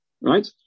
Right